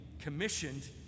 commissioned